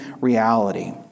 reality